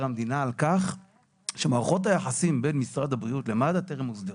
המדינה על כך שמערכות היחסים בין משרד הבריאות למד"א טרם הוסדרו.